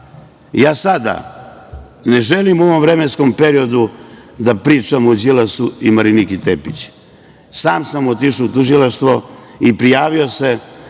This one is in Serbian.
sada ne želim u ovom vremenskom periodu da pričam o Đilasu i Mariniki Tepić. Sam sam otišao u tužilaštvo i prijavio se